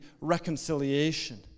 reconciliation